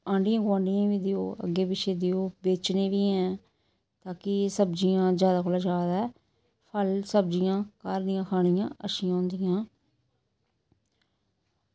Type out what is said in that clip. आंढी गोआंढियें गी बी देओ अग्गें पिच्छें देओ बेचने बी हैन ताकि सब्ज़ियां ज्यादा कोला ज्यादा फल सब्जियां घर दियां खानियां अच्छियां होंदियां